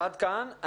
עד כאן.